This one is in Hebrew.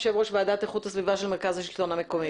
יושב-ראש ועדת איכות הסביבה של מרכז השלטון המקומי,